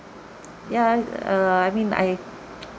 yeah uh I mean I